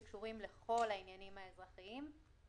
שקשורים לכל העניינים האזרחיים,